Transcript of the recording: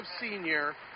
senior